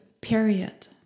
period